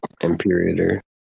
Imperator